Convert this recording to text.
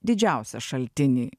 didžiausią šaltinį